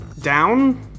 down